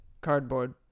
Cardboard